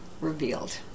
revealed